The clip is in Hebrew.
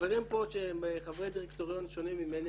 החברים פה שהם חברי דירקטוריון שונים ממני,